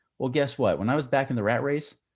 well, guess what? when i was back in the rat race,